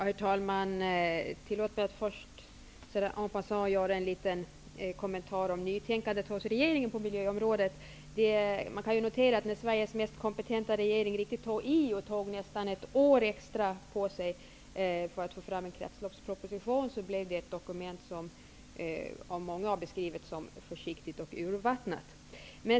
Herr talman! Tillåt mig först att en passant göra en liten kommentar till regeringens nytänkande på miljöområdet. Man kan notera att när Sveriges mest kompetenta regering riktigt tog i -- man tog nästan ett år på sig -- för att få fram en kretsloppsproposition, blev det ett dokument som av många har beskrivits som försiktigt och urvattnat.